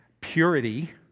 purity